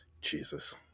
Jesus